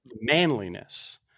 manliness